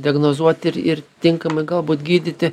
diagnozuot ir ir tinkamai galbūt gydyti